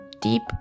deep